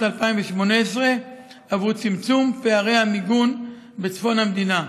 2018 עבור צמצום פערי המיגון בצפון המדינה,